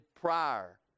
prior